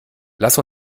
lass